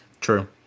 True